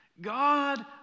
God